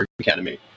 Academy